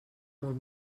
molt